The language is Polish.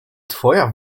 twoja